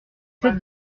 sept